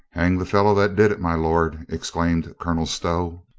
hang the fellow that did it, my lord, exclaimed colonel stow.